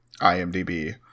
IMDb